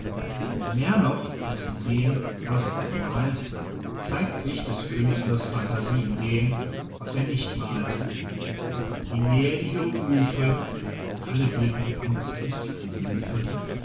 mehr noch als in dem was er malt zeigt sich des künstlers phantasie in dem was er nicht malt je näher die hieroglyphe und alle bildende kunst ist hieroglyphe